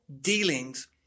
dealings